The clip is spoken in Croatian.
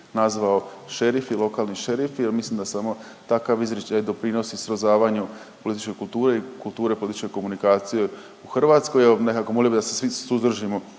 nazvao šerifi, lokalni šerifi jer mislim da samo takav izričaj doprinosi srozavanju političke kulture i kulture političke komunikacije u Hrvatskoj. Nekako bih molio da se vi suzdržimo